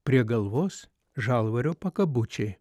prie galvos žalvario pakabučiai